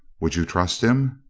would you trust him?